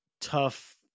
tough